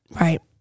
right